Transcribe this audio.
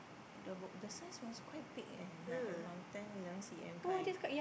the b~ the size was quite big eh like around ten eleven C_M kind